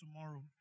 tomorrow